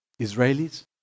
Israelis